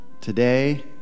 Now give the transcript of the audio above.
Today